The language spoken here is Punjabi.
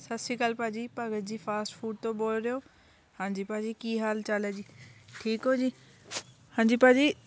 ਸਤਿ ਸ਼੍ਰੀ ਅਕਾਲ ਭਾਅ ਜੀ ਭਗਤ ਜੀ ਫਾਸਟਫੂਡ ਤੋਂ ਬੋਲ ਰਹੇ ਹੋ ਹਾਂਜੀ ਭਾਅ ਜੀ ਕੀ ਹਾਲ ਚਾਲ ਹੈ ਜੀ ਠੀਕ ਹੋ ਜੀ ਹਾਂਜੀ ਭਾਅ ਜੀ